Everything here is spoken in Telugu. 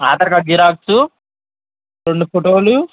ఆధార్ కార్డ్ జిరాక్స్ రెండు ఫోటోలు